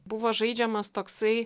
buvo žaidžiamas toksai